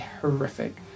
horrific